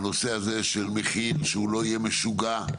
הנושא הזה של מחיר שהוא לא יהיה משוגע,